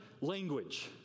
language